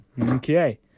Okay